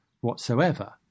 whatsoever